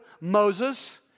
Moses